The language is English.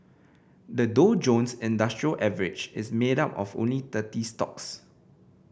the Dow Jones Industrial Average is made up of only thirty stocks